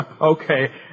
Okay